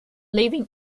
leaving